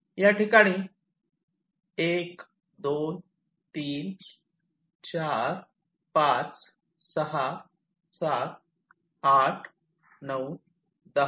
याठिकाणी 12345678 910 11 आणि 12